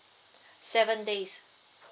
seven days